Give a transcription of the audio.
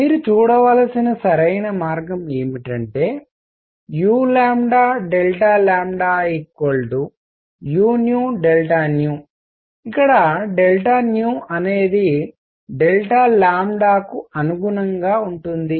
మీరు చూడవలసిన సరైన మార్గం ఏమిటంటే uu ఇక్కడ అనేది కు అనుగుణంగా ఉంటుంది